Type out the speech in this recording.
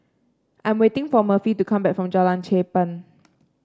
I'm waiting for Murphy to come back from Jalan Cherpen